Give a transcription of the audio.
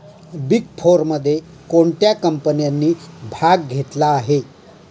Big फोरमध्ये कोणत्या कंपन्यांनी भाग घेतला आहे?